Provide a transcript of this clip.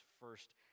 first